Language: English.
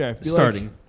starting